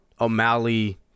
O'Malley